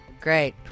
Great